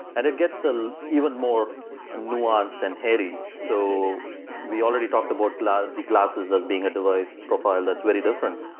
and it gets ah even more ah nuanced and hairy. so we already talked about the glasses as being a device profile that's very different.